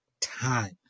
time